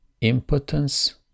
impotence